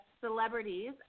celebrities